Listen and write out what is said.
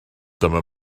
dyma